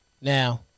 Now